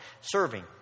serving